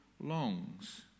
longs